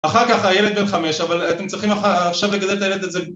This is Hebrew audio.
אחר כך הילד בן חמש אבל אתם צריכים עכשיו לגדל את הילד את זה